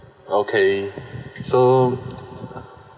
okay so